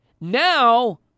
Now